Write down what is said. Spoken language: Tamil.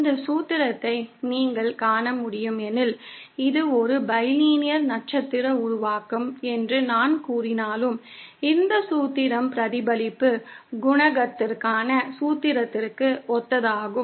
இந்த சூத்திரத்தை நீங்கள் காண முடியும் எனில் இது ஒரு பைலினியர் நட்சத்திர உருவாக்கம் என்று நான் கூறினாலும் இந்த சூத்திரம் பிரதிபலிப்பு குணகத்திற்கான சூத்திரத்திற்கு ஒத்ததாகும்